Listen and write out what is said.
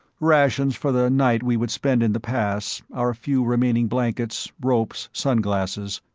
rations for the night we would spend in the pass, our few remaining blankets, ropes, sunglasses.